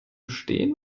stehen